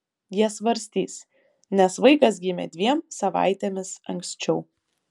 jie svarstys nes vaikas gimė dviem savaitėmis anksčiau